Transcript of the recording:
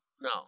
No